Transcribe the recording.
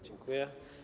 Dziękuję.